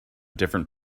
different